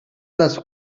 les